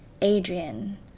Adrian